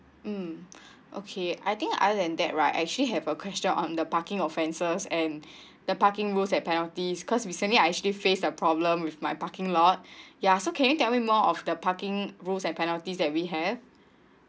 mm okay I think other than that right I actually have a question on the parking offenses and the parking rules and penalties cause recently I actually face the problem with my parking lot ya so can you tell me more of the parking rules and penalty that we have